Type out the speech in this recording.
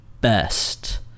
best